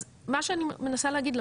אז מה שאני מנסה להגיד,